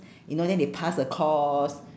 you know then they pass a course